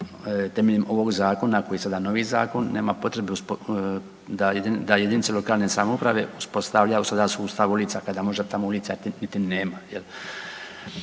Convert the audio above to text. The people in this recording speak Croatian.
temeljem ovog zakona koji je sada novi zakon nema potrebe da JLS uspostavljaju sada sustav ulica kada možda tamo ulica niti nema